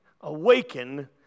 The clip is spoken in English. Awaken